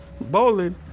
bowling